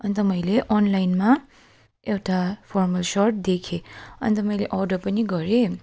अन्त मैले अनलाइनमा एउटा फर्मल सर्ट देखेँ अन्त मैले अर्डर पनि गरेँ